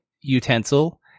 utensil